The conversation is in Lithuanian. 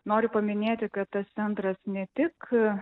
noriu paminėti kad tas centras ne tik